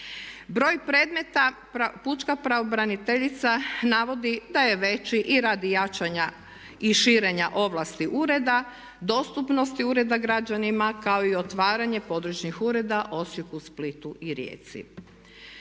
Broj predmeta pučka pravobraniteljica navodi da je veći i radi jačanja i širenja ovlasti ureda, dostupnosti ureda građanima kao i otvaranje područnih ureda Osijeku, Splitu i Rijeci.